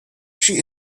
she